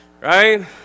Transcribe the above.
Right